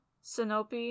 Sinope